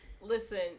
Listen